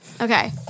Okay